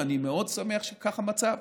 ואני מאוד שמח שכך המצב.